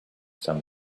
some